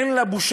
אין לה בושה.